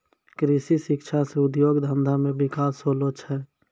कृषि शिक्षा से उद्योग धंधा मे बिकास होलो छै